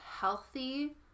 healthy